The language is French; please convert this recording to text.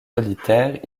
solitaire